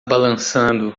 balançando